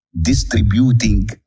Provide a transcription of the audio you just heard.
Distributing